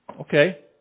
okay